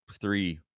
three